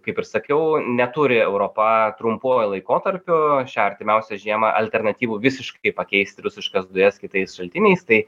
kaip ir sakiau neturi europa trumpuoju laikotarpiu šią artimiausią žiemą alternatyvų visiškai pakeisti rusiškas dujas kitais šaltiniais tai